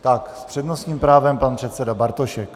S přednostním právem pan předseda Bartošek.